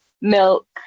milk